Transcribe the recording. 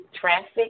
traffic